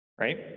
right